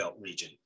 region